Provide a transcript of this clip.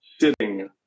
sitting